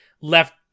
left